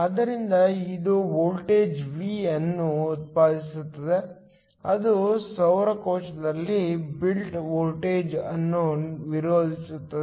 ಆದ್ದರಿಂದ ಇದು voltage V ಯನ್ನು ಉತ್ಪಾದಿಸುತ್ತದೆ ಅದು ಸೌರ ಕೋಶದಲ್ಲಿ ಬಿಲ್ಟ್ ವೋಲ್ಟೇಜ್ ಅನ್ನು ವಿರೋಧಿಸುತ್ತದೆ